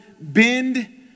bend